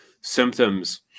symptoms